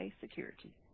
Security